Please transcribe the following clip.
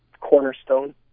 cornerstone